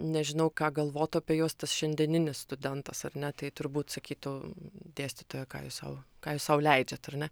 nežinau ką galvotų apie juos tas šiandieninis studentas ar ne tai turbūt sakytų dėstytoja ką jūs sau ką jūs sau leidžiat ar ne